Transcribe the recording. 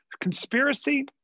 Conspiracy